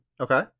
okay